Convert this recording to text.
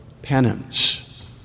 penance